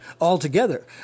altogether